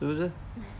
是不是